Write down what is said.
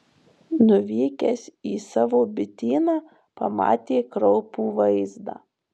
nuvykęs į savo bityną pamatė kraupų vaizdą